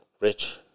Rich